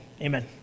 amen